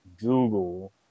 Google